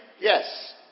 yes